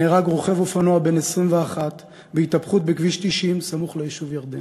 נהרג רוכב אופנוע בן 21 בהתהפכות בכביש 90 סמוך ליישוב ירדנה.